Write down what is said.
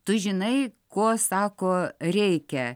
tu žinai ko sako reikia